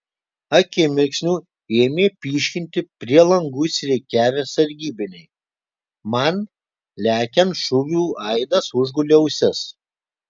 akimirksniu ėmė pyškinti prie langų išsirikiavę sargybiniai man lekiant šūvių aidas užgulė ausis